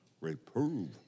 Reprove